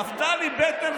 נפתלי בנט,